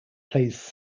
plays